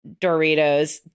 Doritos